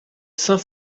saint